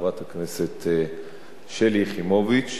חברת הכנסת שלי יחימוביץ,